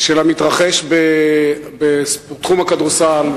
של המתרחש בתחום הכדורסל,